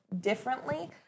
differently